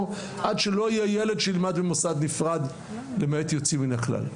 עד שלא יהיה ילד שילמד במוסד נפרד למעט יוצאים מן הכלל.